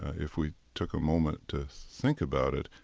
if we took a moment to think about it,